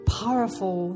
powerful